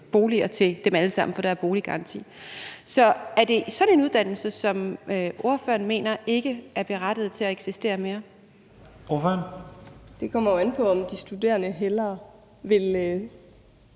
boliger til dem alle sammen, for der er boliggaranti. Så er det sådan en uddannelse, som ordføreren mener ikke er berettiget til at eksistere mere? Kl. 18:07 Første næstformand (Leif